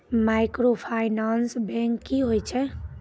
Microfinance bank की होय छै?